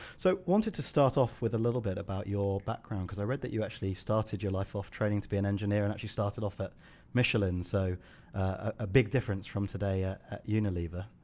so wanted to start off with a little bit about your background cause i read that you actually started your life off training to be an engineer and actually started off at michelin. so a big difference from today ah at unilever.